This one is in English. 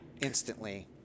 instantly